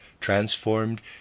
transformed